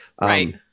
Right